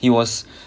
he was